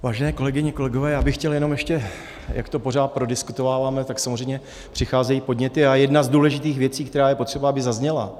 Vážené kolegyně, kolegové, já bych chtěl jenom ještě, jak to pořád prodiskutováváme, tak samozřejmě přicházejí podněty a jedna z důležitých věcí, která je potřeba, aby zazněla.